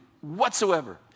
whatsoever